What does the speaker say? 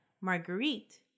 Marguerite